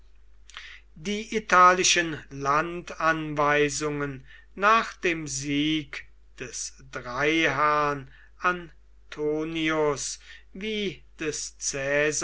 die italischen landanweisungen nach dem sieg des dreiherrn antonius wie des